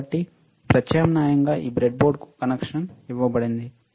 కాబట్టి ప్రత్యామ్నాయంగా ఈ బ్రెడ్బోర్డ్కు కనెక్షన్ ఇవ్వబడింది